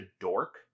dork